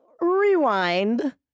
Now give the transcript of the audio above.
rewind